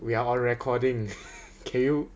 we are on recording can you